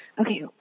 okay